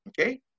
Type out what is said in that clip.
okay